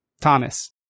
Thomas